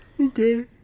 Okay